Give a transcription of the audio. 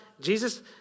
Jesus